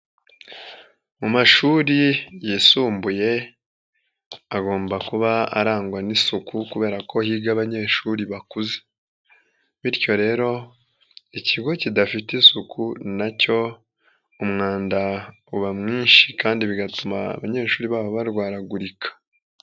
Mu mashuri yisumbuye agomba kuba arangwa n'isuku kubera ko higa abanyeshuri bakuze, bityo rero ikigo kidafite isuku na cyo umwanda uba mwinshi kandi bigatuma abanyeshuri baho barwaragurika.